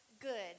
good